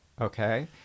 okay